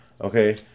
okay